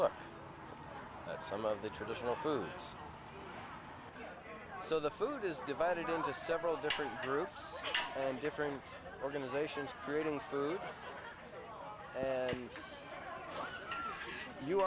look at some of the traditional foods so the food is divided into several different groups and different organizations creating food